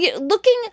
looking